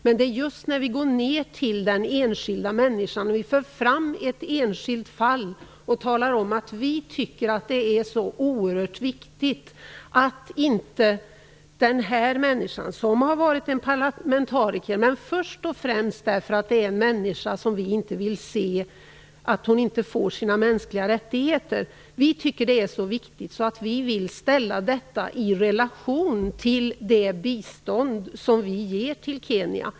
Men ibland måste vi gå ner till den enskilda människan och föra fram ett enskilt fall och tala om hur oerhört viktigt det är att den här människan får sina mänskliga rättigheter, inte bara därför att han varit parlamentariker, utan först och främst därför att det är en människa. Vi tycker att det är så viktigt att vi vill ställa detta i relation till det bistånd som vi ger till Kenya.